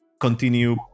continue